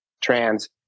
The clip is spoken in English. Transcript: trans